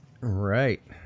Right